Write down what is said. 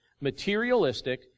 materialistic